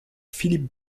philippe